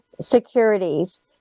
securities